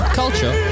culture